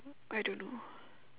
I don't know